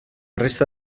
resta